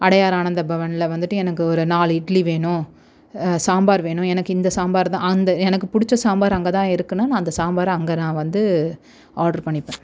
அடையாறு ஆனந்தபவனில் வந்துட்டு எனக்கு ஒரு நாலு இட்லி வேணும் சாம்பார் வேணும் எனக்கு இந்த சாம்பார்தான் அந்த எனக்கு பிடிச்ச சாம்பார் அங்கே தான் இருக்குனா நான் அந்த சாம்பாரை அங்கே நான் வந்து ஆர்ட்ரு பண்ணிப்பேன்